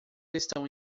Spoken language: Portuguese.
estão